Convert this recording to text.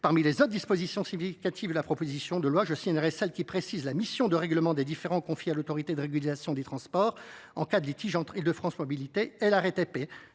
Parmi les autres dispositions significatives de la proposition de loi, je signalerai celle qui précise la mission de règlement des différends confiée à l’Autorité de régulation des transports, l’ART, en cas de litige entre Île de France Mobilités et la RATP